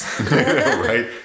Right